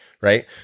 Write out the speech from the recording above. right